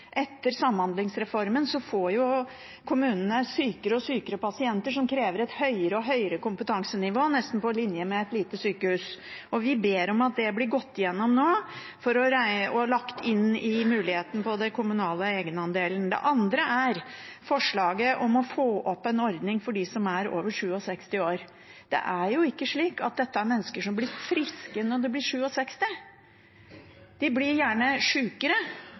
sykere pasienter, som krever et høyere og høyere kompetansenivå, nesten på linje med et lite sykehus. Vi ber om at dette blir gått igjennom nå, og at det blir lagt inn en mulighet her innenfor den kommunale egenandelen. Det andre er forslaget om å få til en ordning for dem som er over 67 år. Det er jo ikke slik at dette er mennesker som blir friske når de blir 67; de blir gjerne